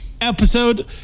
episode